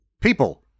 People